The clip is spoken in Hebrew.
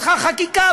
צריך חקיקה,